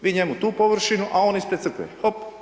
Vi njemu tu površinu, a on ispred Crkve, hop.